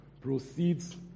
proceeds